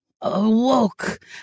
awoke